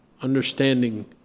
understanding